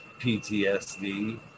PTSD